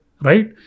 Right